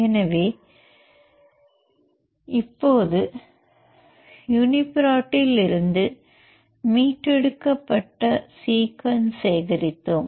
எனவே இப்போது யூனிபிரோட்டிலிருந்து மீட்டெடுக்கப்பட்ட சீக்வென்ஸ் சேகரித்தோம்